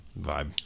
vibe